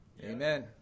Amen